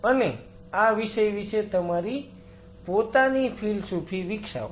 અને આ વિષય વિશે તમારી પોતાની ફિલસૂફી વિકસાવો